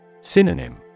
Synonym